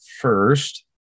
first